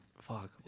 Fuck